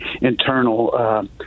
internal